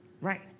Right